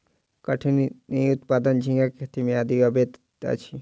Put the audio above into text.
कठिनी उत्पादन में झींगा के खेती आदि अबैत अछि